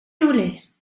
nules